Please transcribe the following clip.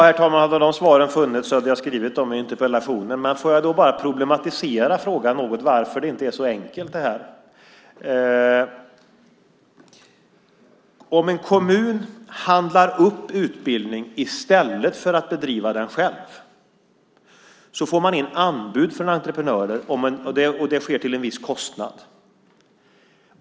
Herr talman! Hade de svaren funnits hade jag gett dem i mitt interpellationssvar. Låt mig problematisera något om varför detta inte är så enkelt. Om en kommun handlar upp utbildning i stället för att bedriva den själv får man in anbud från entreprenörer, och det sker till en viss kostnad.